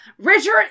Richard